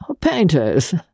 Painters